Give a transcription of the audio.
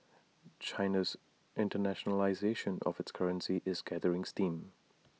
China's internationalisation of its currency is gathering steam